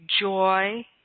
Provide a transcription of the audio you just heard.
joy